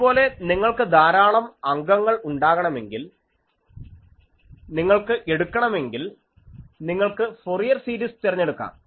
അതുപോലെ നിങ്ങൾക്ക് ധാരാളം അംഗങ്ങൾ ഉണ്ടാകണമെങ്കിൽ നിങ്ങൾക്ക് എടുക്കണമെങ്കിൽ നിങ്ങൾക്ക് ഫൊറിയർ സീരിസ് തെരഞ്ഞെടുക്കാം